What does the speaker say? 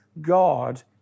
God